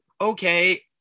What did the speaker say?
okay